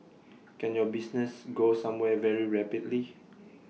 can your business go somewhere very rapidly